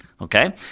Okay